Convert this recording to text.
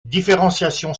différenciation